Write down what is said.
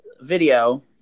video